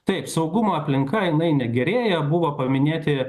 taip saugumo aplinka jinai negerėja buvo paminėti